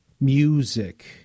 Music